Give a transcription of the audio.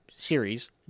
series